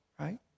right